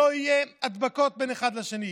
שלא יהיו הדבקות בין אחד לשני.